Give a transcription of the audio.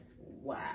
Wow